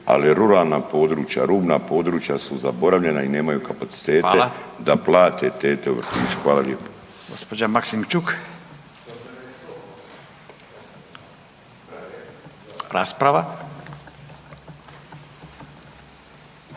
ali ruralna područja, rubna područja su zaboravljena i nemaju kapacitete da plate tete u vrtiću. Hvala lijepo.